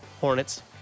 Hornets